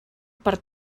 per